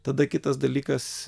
tada kitas dalykas